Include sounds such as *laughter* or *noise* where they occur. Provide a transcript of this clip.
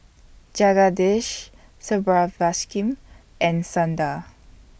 Jagadish *unintelligible* and Sundar